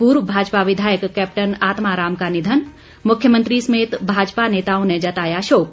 पूर्व भाजपा विधायक कैप्टन आत्मा राम का निधन मुख्यमंत्री समेत भाजपा नेताओं ने जताया शोक